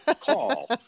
call